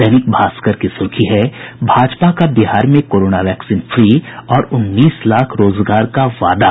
दैनिक भास्कर की सुर्खी है भाजपा का बिहार में कोरोना वैक्सीन फ्री और उन्नीस लाख रोजगार का वादा